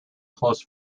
close